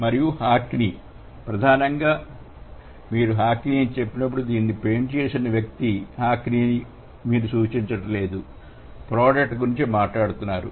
మరియు హాక్నీ ఇది ప్రధానంగా మీరు హాక్నీ చెప్పినప్పుడు దీనిని పెయింట్ చేసిన వ్యక్తి హాక్నీని మీరు సూచించడం లేదు ప్రొడక్ట్ గురించి మాట్లాడుతున్నారు